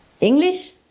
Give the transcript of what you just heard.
English